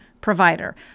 provider